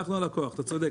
אתה צודק.